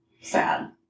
Sad